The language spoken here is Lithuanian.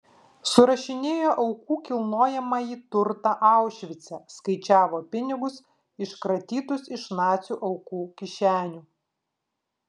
surašinėjo aukų kilnojamąjį turtą aušvice skaičiavo pinigus iškratytus iš nacių aukų kišenių